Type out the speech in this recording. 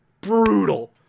Brutal